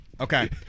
Okay